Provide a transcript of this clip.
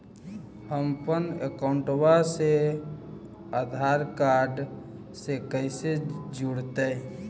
हमपन अकाउँटवा से आधार कार्ड से कइसे जोडैतै?